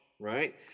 right